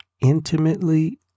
intimately